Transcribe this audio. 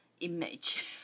image